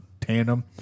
tandem